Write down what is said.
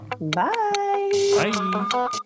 Bye